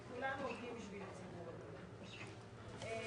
כולנו עובדים בשביל הציבור, אדוני.